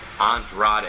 Andrade